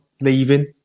leaving